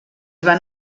van